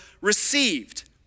received